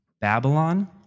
Babylon